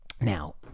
Now